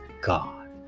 God